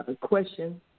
question